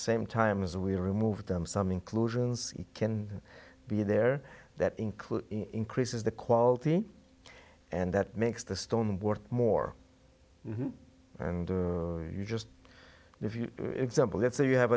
same time as we remove them some inclusions can be there that include increases the quality and that makes the stone work more and you just if you example let's say you have